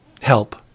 help